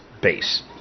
base